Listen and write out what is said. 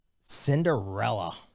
Cinderella